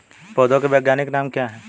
पौधों के वैज्ञानिक नाम क्या हैं?